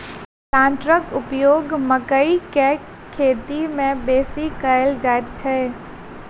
प्लांटरक उपयोग मकइ के खेती मे बेसी कयल जाइत छै